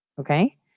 Okay